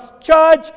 charge